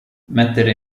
mettere